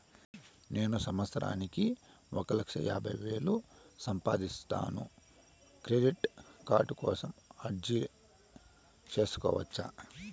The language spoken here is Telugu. నేను ఒక సంవత్సరానికి ఒక లక్ష యాభై వేలు సంపాదిస్తాను, క్రెడిట్ కార్డు కోసం అర్జీ సేసుకోవచ్చా?